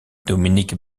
dominique